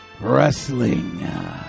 Wrestling